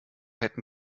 hätten